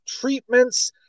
treatments